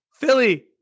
Philly